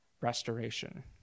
restoration